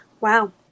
Wow